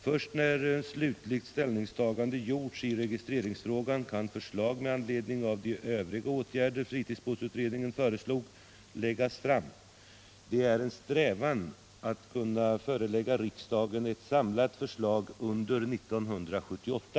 Först när slutligt ställningstagande gjorts i registreringsfrågan kan förslag med anledning av de övriga åtgärder fritidsbåtsutredningen föreslog läggas fram. Det är en strävan att kunna förelägga riksdagen ett samlat förslag under 1978.